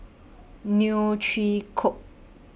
Neo Chwee Kok